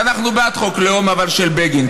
אנחנו בעד חוק לאום, אבל של בגין.